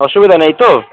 অসুবিধা নেই তো